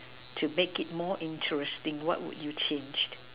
to make it more interesting what would you change